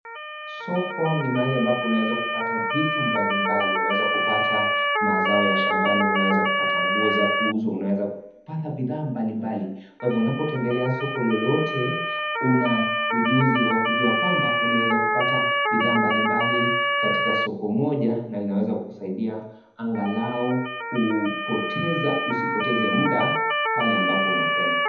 Soko ni mahali ambapo unaweza kupata vitu mbalimbali, unaweza kupata mazao ya shambani, unaweza kupata nguo za kuuza, unaweza kupata bidhaa mbalimbali kwa hivyo unapotembelea soko lolote una ujuzi wa kujua kwamba unaeza kupata bidhaa mbalimbali katika soko moja na linaweza kusaidia angalau usipoteze muda pale ambapo unakwenda.